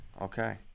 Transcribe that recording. Okay